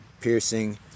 piercing